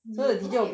lame 只会